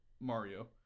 Mario